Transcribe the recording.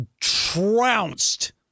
trounced